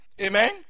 Amen